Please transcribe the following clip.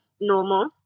normal